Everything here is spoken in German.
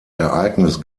ereignis